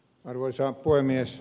arvoisa puhemies